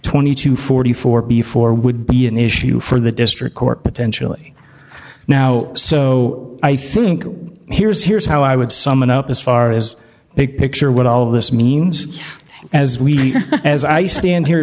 twenty to forty four before would be an issue for the district court potentially now so i think here's here's how i would summon up as far as big picture what all of this means as we as i stand here